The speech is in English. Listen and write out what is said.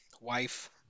wife